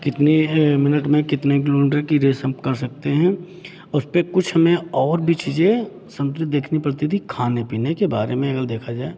कितने मिनट में कितने किलोमीटर की रेस हम कर सकते हैं उस पे कुछ हमें और भी चीज़ें समझो देखनी पड़ती थी खाने पीने के बारे में अगर देखा जाए